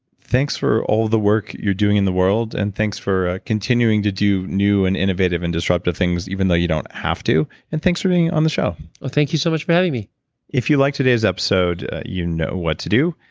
thanks for all the work that you're doing in the world and thanks for continuing to do new and innovative and disruptive things even though you don't have to, and thanks for being on the show thank you so much for having me if you liked today's episode, you know what to do.